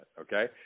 okay